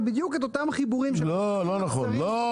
--- לא נכון,